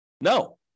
No